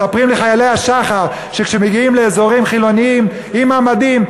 מספרים לי חיילי השח"ר שכשהם מגיעים לאזורים חילוניים עם המדים,